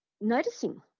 noticing